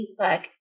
Facebook